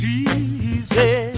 easy